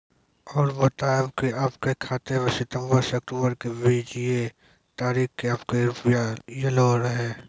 और बतायब के आपके खाते मे सितंबर से अक्टूबर के बीज ये तारीख के आपके के रुपिया येलो रहे?